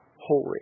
holy